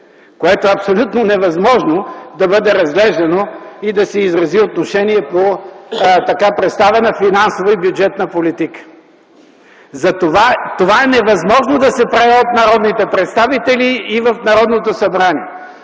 което е абсолютно невъзможно да бъде разглеждано, и да се изрази отношение по така представена финансова и бюджетна политика. Това е невъзможно да се прави от народните представители и в Народното събрание.